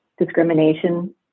discrimination